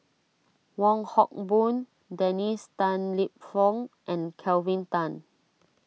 Wong Hock Boon Dennis Tan Lip Fong and Kelvin Tan